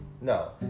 no